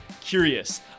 curious